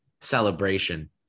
celebration